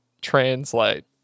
translate